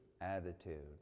attitude